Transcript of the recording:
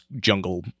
jungle